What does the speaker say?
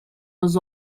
was